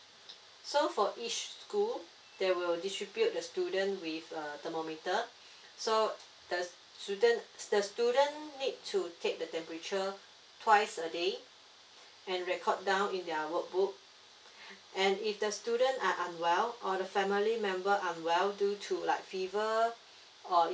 so for each school they will distribute the student with err thermometer so the student the student need to take the temperature twice a day and record down in their work book and if the student are unwell or the family member unwell due to like fever or